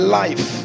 life